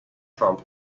trump